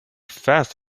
fast